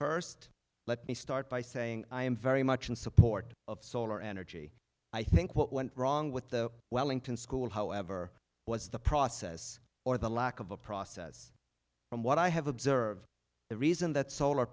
first let me start by saying i am very much in support of solar energy i think what went wrong with the wellington school however was the process or the lack of a process from what i have observed the reason that solar